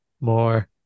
more